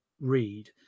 read